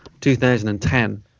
2010